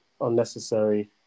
unnecessary